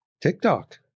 TikTok